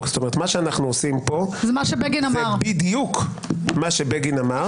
מה שאנו עושים פה זה בדיוק מה שבגין אמר,